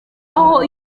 aho